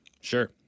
Sure